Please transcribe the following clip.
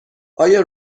آیا